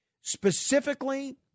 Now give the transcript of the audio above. specifically